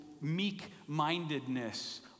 meek-mindedness